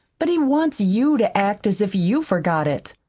but he wants you to act as if you forgot it.